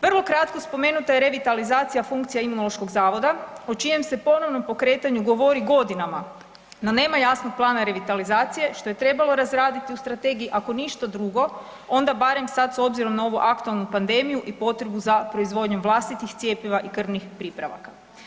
Vrlo kratko spomenuta je revitalizacija funkcija Imunološkog zavoda o čijem se ponovnom pokretanju govori godinama, no nema jasnog plana revitalizacije, što je trebalo razraditi u Strategiji, ako ništa drugo, onda barem sad s obzirom na ovu aktualnu pandemiju i potrebu za proizvodnjom vlastitih cjepiva i krvnih pripravaka.